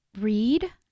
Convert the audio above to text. read